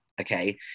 okay